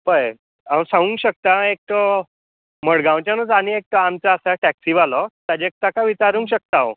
पळय हांव सांगूंक शकता एक तो मडगांवच्यानूच आनी एकटो आमचो आसा टॅक्सीवालो ताजें ताका विचारूंक शकता हांव